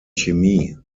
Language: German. chemie